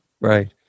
Right